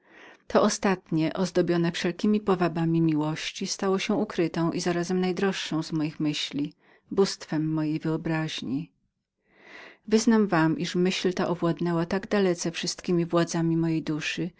to ostatnie ozdobione wszelkiemi powabami miłości stało się ukrytą i zarazem najdroższą z moich myśli bóstwem mojej wyobraźni nareszcie wyznam wam że myśl ta owładnęła tak dalece wszystkiemi władzami mojej duszy